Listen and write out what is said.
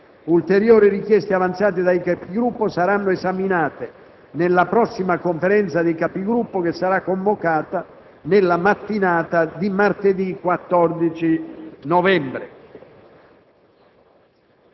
Ulteriori richieste avanzate dai Capigruppo saranno esaminate nella prossima Conferenza dei Presidenti dei Gruppi parlamentari, che sarà convocata nella mattinata di martedì 14 novembre.